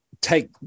take